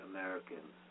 Americans